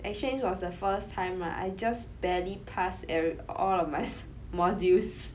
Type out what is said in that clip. exchange was the first time lah I just barely pass every~ all of my modules